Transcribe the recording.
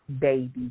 baby